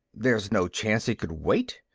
there's no chance it could wait?